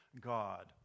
God